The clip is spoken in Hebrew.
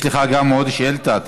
יש לך עוד שאילתה.